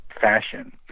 fashion